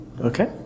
Okay